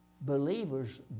Believers